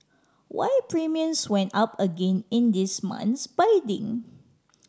why premiums went up again in this month's bidding